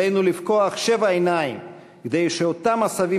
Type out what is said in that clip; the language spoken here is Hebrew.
עלינו לפקוח שבע עיניים כדי שאותם עשבים